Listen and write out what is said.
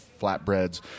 flatbreads